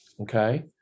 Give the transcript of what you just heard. okay